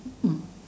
no